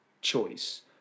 choice